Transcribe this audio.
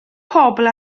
pobl